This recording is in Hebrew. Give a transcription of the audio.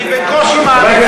רגע,